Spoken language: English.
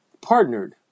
partnered